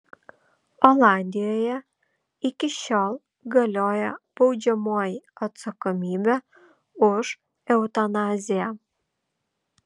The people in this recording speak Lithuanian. olandijoje iki šiol galioja baudžiamoji atsakomybė už eutanaziją